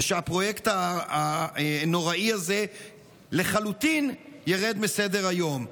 ושהפרויקט הנוראי הזה ירד לחלוטין מסדר-היום.